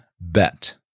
bet